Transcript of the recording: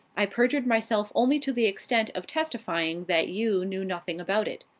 i perjured myself only to the extent of testifying that you knew nothing about it.